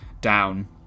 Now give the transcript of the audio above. down